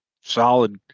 solid